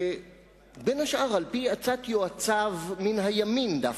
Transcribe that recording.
בין השאר על-פי עצת יועציו מן הימין דווקא,